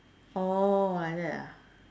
orh like that ah